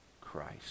Christ